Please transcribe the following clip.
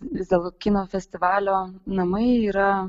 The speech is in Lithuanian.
vis dėlto kino festivalio namai yra